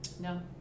No